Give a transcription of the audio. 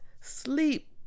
sleep